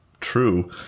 True